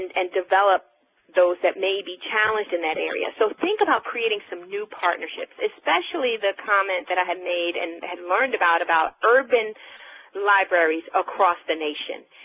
and develop those that may be challenged in that area. so think about creating some new partnerships, especially the comment that i had made and had learned about, about urban libraries across the nation,